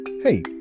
Hey